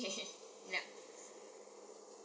okay yeap